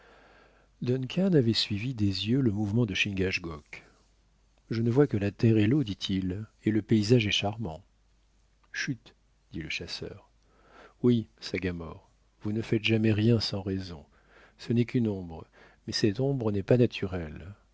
avait suivi des yeux le mouvement de chingachgook je ne vois que la terre et l'eau dit-il et le paysage est charmant chut dit le chasseur oui sagamore vous ne faites jamais rien sans raison ce n'est qu'une ombre mais cette ombre n'est pas naturelle